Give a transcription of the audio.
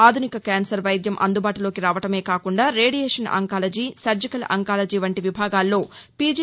ఆధునిక క్యాన్సర్ వైద్యం అందుబాటులోకి రావటమే కాకుండా రేడియేషన్ అంకాలజీ సర్జెకల్ అంకాలజీ వంటి విభాగాలలో పిజి